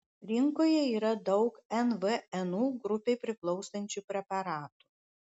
rinkoje yra daug nvnu grupei priklausančių preparatų